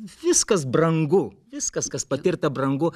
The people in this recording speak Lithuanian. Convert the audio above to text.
viskas brangu viskas kas patirta brangu